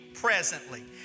Presently